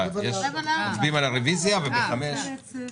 אנחנו מצביעים על הרביזיה שהוגשה לפרק י',